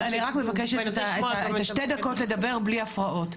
מבקשת לדבר שתי דקות בלי הפרעות.